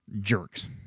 jerks